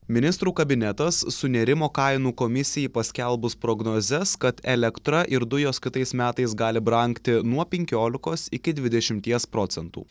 ministrų kabinetas sunerimo kainų komisijai paskelbus prognozes kad elektra ir dujos kitais metais gali brangti nuo penkiolikos iki dvidešimties procentų